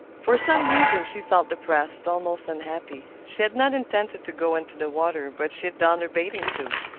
for some reason she felt depressed, almost unhappy. she had not intended to go into the water but she donned her bathing suit,